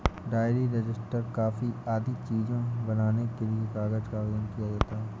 diary, register, copy आदि चीजें बनाने के लिए कागज का आवेदन किया जाता है